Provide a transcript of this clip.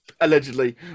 allegedly